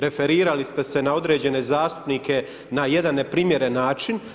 Referirali ste se na određene zastupnike na jedan neprimjeren način.